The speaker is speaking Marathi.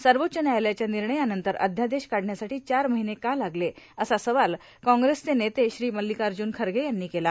सर्वोच्च न्यायालयाच्या निर्णयानंतर अध्यादेश काढण्यासाठी चार महिने का लागले असा सवाल काँग्रेसचे नेते श्री मल्लिकार्ज्ञन खरगे यांनी केला